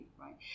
right